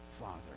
Father